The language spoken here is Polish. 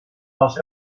masz